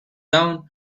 down